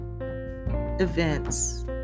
events